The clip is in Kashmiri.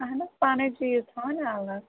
اَہَن حظ پَنٛنٕۍ چیٖز تھاوٕنۍ الگ